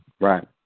Right